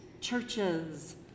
churches